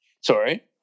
Sorry